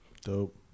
dope